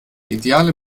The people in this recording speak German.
ideale